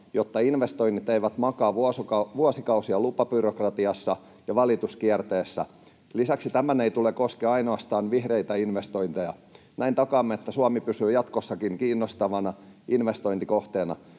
jotta investoinnit eivät makaa vuosikausia lupabyrokratiassa ja valituskierteessä. Lisäksi tämän ei tule koskea ainoastaan vihreitä investointeja. Näin takaamme, että Suomi pysyy jatkossakin kiinnostavana investointikohteena.